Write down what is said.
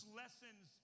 lessons